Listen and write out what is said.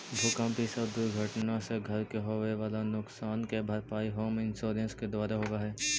भूकंप इ सब दुर्घटना से घर के होवे वाला नुकसान के भरपाई होम इंश्योरेंस के द्वारा होवऽ हई